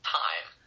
time